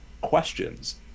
questions